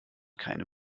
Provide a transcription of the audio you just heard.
keine